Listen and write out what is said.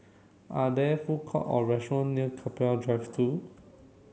are there food court or restaurant near Keppel Drive two